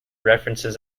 references